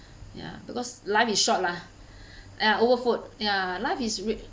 ya because life is short lah ya over food ya life is